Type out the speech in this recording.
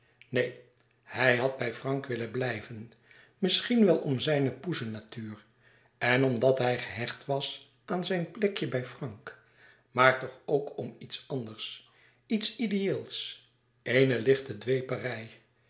neen hij had bij frank willen blijven misschien wel om zijne poesennatuur en omdat hij gehecht was aan zijn plekje bij frank maar toch ook om iets anders iets ideëels eene lichte